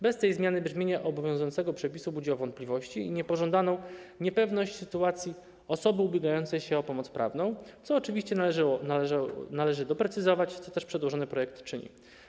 Bez tej zmiany brzmienie obowiązującego przepisu budziło wątpliwości i niepożądaną niepewność sytuacji osoby ubiegającej się o pomoc prawną, co oczywiście należy doprecyzować i co też przedłożony projekt czyni.